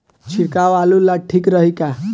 छिड़काव आलू ला ठीक रही का?